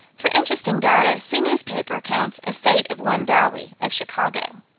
for interesting data, see newspaper accounts of fate of one dowie, of chicago.